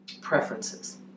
preferences